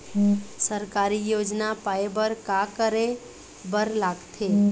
सरकारी योजना पाए बर का करे बर लागथे?